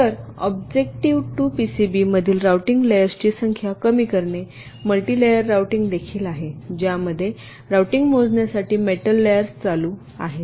तर objective 2 PCB मधील routing लेयर्सची संख्या कमी करणे मल्टिलेयर राउटिंग देखील आहे ज्यामध्ये रूटिंग मोजण्यासाठी मेटल लेयर्स चालू आहेत